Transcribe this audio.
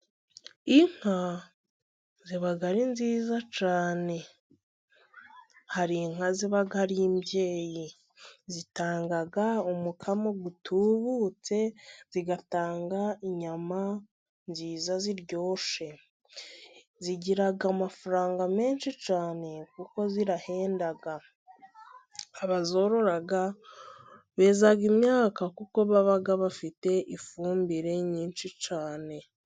Inka ziba ari nziza cyane ,hari inka ziba ari imbyeyi zitanga umukamo uba utubutse, zigatanga inyama nziza ziryoshye, zigira amafaranga menshi cyane kuko zirahenda abazorora beza imyaka kuko baba bafite ifumbire nyinshi cyane.